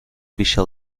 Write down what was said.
pixa